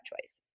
choice